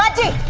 do